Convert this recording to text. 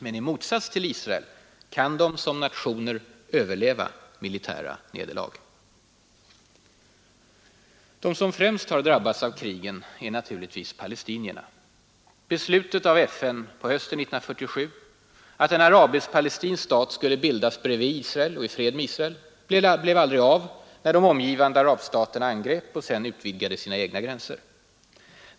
Men i motsats till Israel kan de som nationer överleva militära nederlag. De som främst har drabbats av krigen är naturligtvis palestinierna. Beslutet av FN hösten 1947 att en arabisk-palestinsk stat skulle bildas bredvid Israel och i fred med Israel blev aldrig av när de omgivande arabstaterna angrep och sedan utvidgade sina egna gränser.